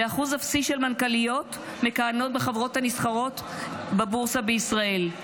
אחוז אפסי של מנכ"ליות מכהנות בחברות הנסחרות בבורסה בישראל,